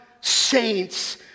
saints